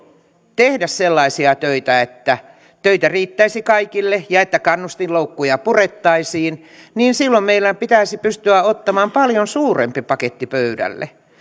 tehdä sellaisia töitä että töitä riittäisi kaikille ja että kannustinloukkuja purettaisiin niin silloin meidän pitäisi pystyä ottamaan paljon suurempi paketti pöydälle